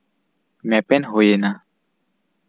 ᱢᱮᱯᱮᱱ ᱦᱩᱭᱮᱱᱟ